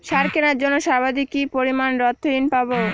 সার কেনার জন্য সর্বাধিক কি পরিমাণ অর্থ ঋণ পাব?